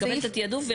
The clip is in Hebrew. לקבל את התעדוף.